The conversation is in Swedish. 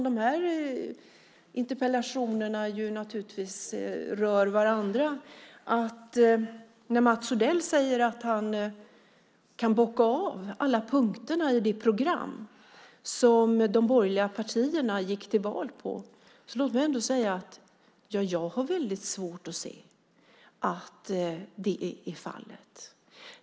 De här interpellationerna rör naturligtvis varandra. Mats Odell säger att han kan bocka av alla punkterna i det program som de borgerliga partierna gick till val på. Låt mig ändå säga att jag har väldigt svårt att se att det är fallet.